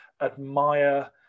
admire